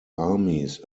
armies